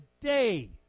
today